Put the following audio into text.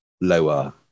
lower